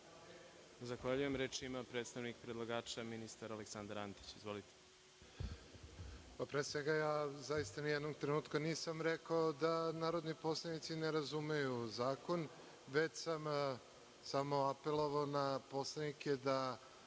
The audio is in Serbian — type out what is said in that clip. Zahvaljujem. Reč ima predstavnik predlagača ministar Aleksandar Antić. Izvolite. **Aleksandar Antić** Pre svega, ja zaista nijednog trenutka nisam rekao da narodni poslanici ne razumeju zakon, već sam samo apelovao na poslanike da